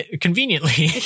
conveniently